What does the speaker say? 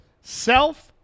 Self-